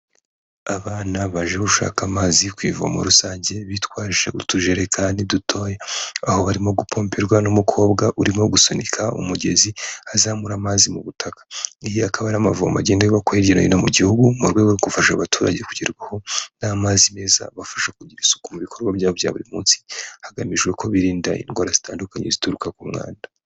Abana baje gushaka amazi ku ivomo rusange bitwaje utujekani dutoya aho barimo gupomperwa n'umukobwa urimo gusunika umugezi azamura amazi mubutaka. Aya akaba ari amavomo agenda yubakwa hirya no hino mu gihugu murwego rwo gufasha abaturage kugerwaho n'amazi meza abafasha kugira isuku mu bikorwa byabo bya buri munsi hagamijwe ko birinda indwara zitandukanye zituruka kumwanda.